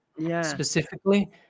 specifically